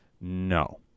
No